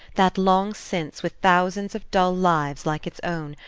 that long since, with thousands of dull lives like its own,